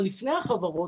אבל לפני החברות,